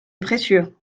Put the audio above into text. précieux